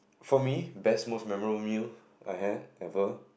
for me best most memorable meal I have ever